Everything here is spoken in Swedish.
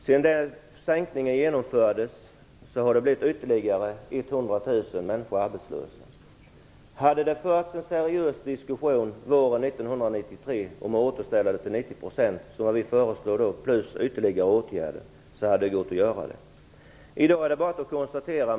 Sedan sänkningen genomfördes har ytterligare Hade det förts en seriös diskussion våren 1993 om att återställa nivån till 90 % som vi förslog samt ytterligare åtgärder hade det gått att genomföra.